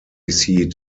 seat